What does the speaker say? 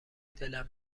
دلم